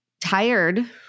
tired